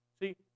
See